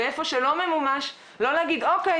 ואיפה שלא ממומש לא להגיד: אוקיי,